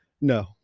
No